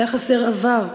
היה חסר עבר,